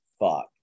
fuck